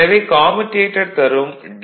எனவே கம்யூடேட்டர் தரும் டி